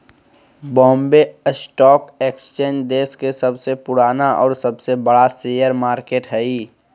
Bombay stock exchange देश के सबसे पुराना और सबसे बड़ा शेयर मार्केट हइ